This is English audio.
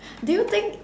do you think